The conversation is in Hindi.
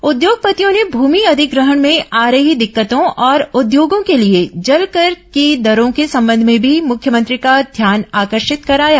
उद्योगपतियों ने भूमि अधिग्रहण में आ रही दिक्कतों और उद्योगों के लिए जलकर की दरों के संबंध में भी मुख्यमंत्री का ध्यान आकर्षिक कराया